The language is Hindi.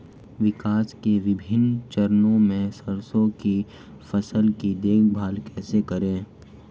विकास के विभिन्न चरणों में सरसों की फसल की देखभाल कैसे करें?